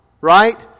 right